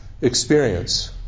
experience